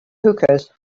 hookahs